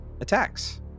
attacks